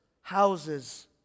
houses